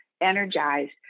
energized